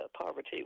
poverty